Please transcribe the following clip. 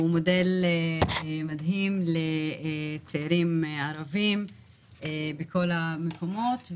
הוא מודל מדהים לצעירים ערבים בכל המקומות,